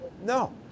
No